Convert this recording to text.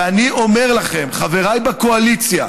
ואני אומר לכם, חבריי בקואליציה,